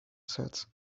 sets